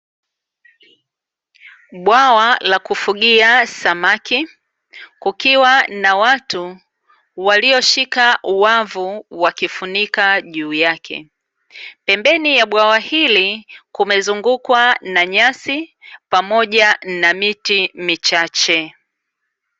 Bwawa la kufugia samaki, kukiwa na watu walioshika wavu wakifunika juu yake. Pembeni ya bwawa hili kumezungukwa na nyasi pamoja na miti michache.